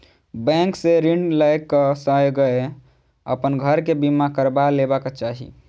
bank से ऋण लै क संगै अपन घर के बीमा करबा लेबाक चाही